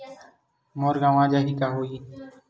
मोर गंवा जाहि का होही?